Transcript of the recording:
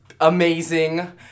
amazing